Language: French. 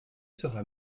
sera